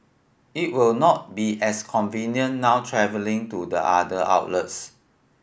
it will not be as convenient now travelling to the other outlets